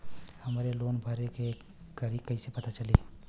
हमरे लोन भरे के तारीख कईसे पता चली?